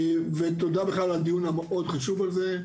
ותודה בכלל על הדיון המאוד חשוב הזה,